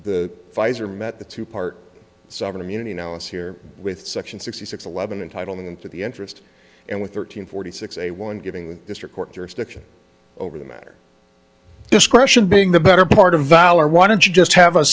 the pfizer met the two part sovereign immunity now is here with section sixty six eleven entitle them to the interest and with thirteen forty six a one giving the district court jurisdiction over the matter discretion being the better part of valor why don't you just have a